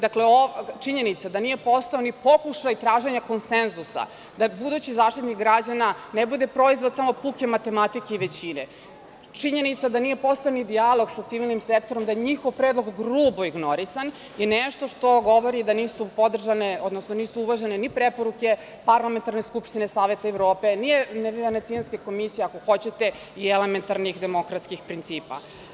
Dakle, činjenica da nije postojao ni pokušaj traženja konsenzusa da budući Zaštitnik građana ne bude proizvod samo puke matematike većine, činjenica da nije postojao ni dijalog sa civilnim sektorom, da je njihov predlog grubo ignorisan, je nešto što govori da nisu uvažene ni preporuke Parlamentarne skupštine Saveta Evrope, Venecijanske komisije, ako hoćete, i elementarnih demokratskih principa.